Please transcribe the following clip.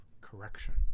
correction